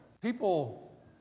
People